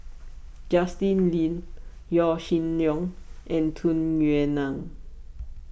Justin Lean Yaw Shin Leong and Tung Yue Nang